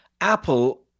Apple